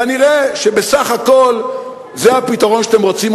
כנראה בסך הכול זה הפתרון שאתם רוצים,